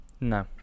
No